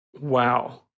Wow